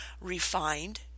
refined